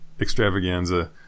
extravaganza